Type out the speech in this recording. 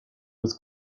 was